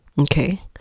Okay